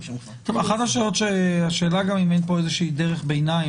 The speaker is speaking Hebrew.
אחת השאלות שנשאלה היא האם אין פה דרך ביניים?